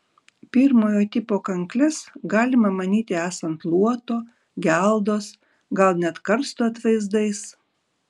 pirmojo tipo kankles galima manyti esant luoto geldos gal net karsto atvaizdais